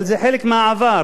אבל זה חלק מהעבר.